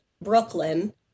Brooklyn